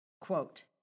Quote